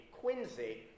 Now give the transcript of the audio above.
Quincy